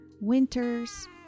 Winters